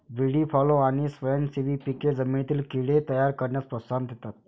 व्हीडी fallow आणि स्वयंसेवी पिके जमिनीतील कीड़े तयार करण्यास प्रोत्साहन देतात